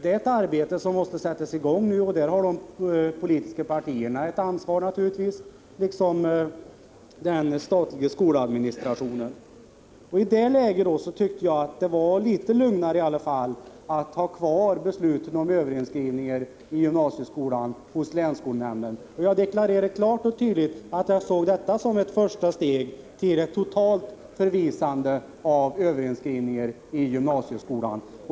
Det är ett arbete som måste sättas i gång nu, och där har de politiska partierna naturligtvis ett ansvar, liksom den statliga skoladministrationen. I det läget tyckte jag att det var litet lugnare att ändå ha kvar besluten om överinskrivningar i gymnasieskolan hos länsskolnämnden. Jag deklarerade klart och tydligt att jag såg detta som ett första steg till ett totalt förvisande av överinskrivningar i gymnasieskolan.